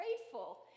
grateful